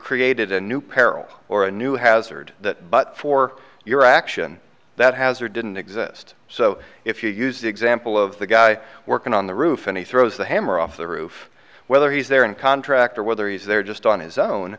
created a new peril or a new hazard that but for your action that has or didn't exist so if you use the example of the guy working on the roof and he throws the hammer off the roof whether he's there in contract or whether he's there just on his own